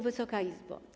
Wysoka Izbo!